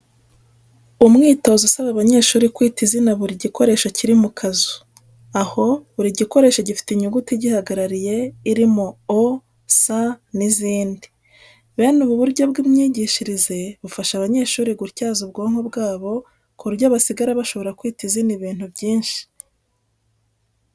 Umwitozo usaba abanyeshuri kwita izina buri gikoresho kiri mu kazu, aho buri gikoresho gifite inyuguti igihagarariye irimo O, S n'izindi. Bene ubu buryo bw'imyigishirize bufasha abanyeshuri gutyaza ubwonko bwabo ku buryo basigara bashobora kwita izina ibintu byinshi.